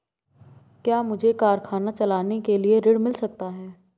क्या मुझे कारखाना चलाने के लिए ऋण मिल सकता है?